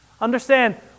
Understand